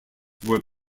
were